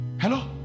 hello